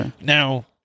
Now